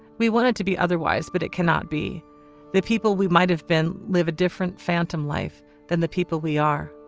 we want it to be otherwise but it cannot be the people we might have been live a different phantom life than the people we are.